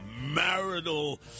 marital